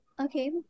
Okay